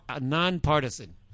nonpartisan